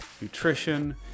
nutrition